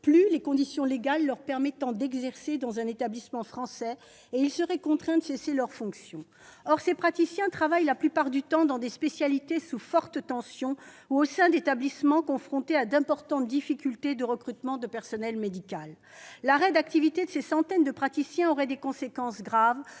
plus les conditions légales leur permettant d'exercer dans un établissement français, et ils seront contraints de cesser leurs fonctions. Or ces PADHUE travaillent la plupart du temps dans des spécialités sous forte tension ou au sein d'établissements confrontés à d'importantes difficultés de recrutement de personnel médical. L'arrêt d'activité de ces centaines de praticiens aurait des conséquences graves,